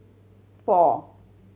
four